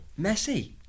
Messi